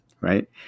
right